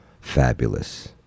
fabulous